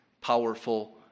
powerful